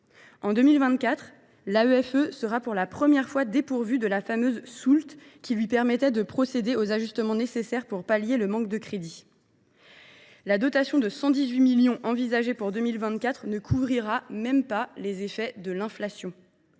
En 2024, l’AEFE sera pour la première fois dépourvue de la fameuse soulte, qui lui permettait de procéder aux ajustements nécessaires pour pallier le manque de crédits. La dotation de 118 millions d’euros envisagée pour 2024 ne couvrira même pas les effets de l’inflation.